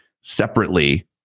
separately